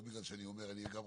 לא בגלל שאני אומר שאני גם רוצה.